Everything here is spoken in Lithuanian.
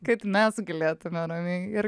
kaip mes galėtume ramiai ir